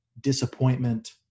disappointment